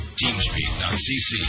Teamspeak.cc